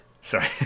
Sorry